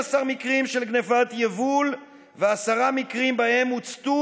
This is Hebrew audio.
12 מקרים של גנבת יבול ועשרה מקרים שבהם הוצתו